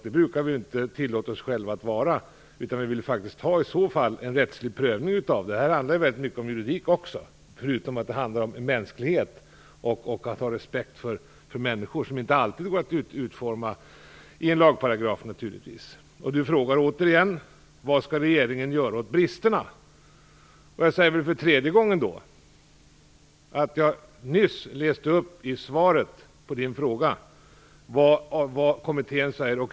Det brukar vi inte tillåta oss själva att vara, utan vi vill ha en rättslig prövning. Det handlar i hög grad också om juridik, förutom om mänsklighet och repsekt för människor, vilket inte alltid går att utforma i en lagparagraf. Då är frågan återigen: Vad skall regeringen göra åt bristerna? Jag säger för tredje gången att jag nyss läste upp i svaret vad Flyktingpolitiska kommittén säger.